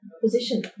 position